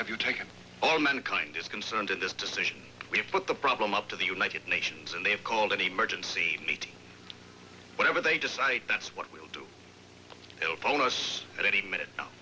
have you taken all mankind is concerned in this decision we've put the problem up to the united nations and they've called an emergency meeting whatever they decide that's what we'll do onerous at any minute